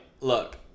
look